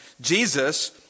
Jesus